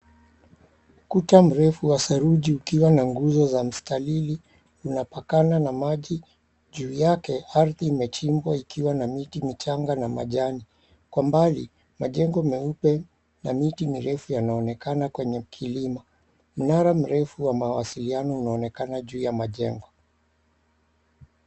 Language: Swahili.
Kuta mrefu wa saruji ukiwa na nguzo za mstalili unapakana na maji, juu yake ardhi imechimbwa ikiwa na miti michanga na majani, kwa mbali majengo meupe na miti mirefu yanaonekana kwenye kilimo, mnara mrefu wa mawasiliano unaonekana juu ya majengo.